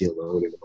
alone